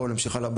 בואו נמשיך הלאה.